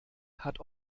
hat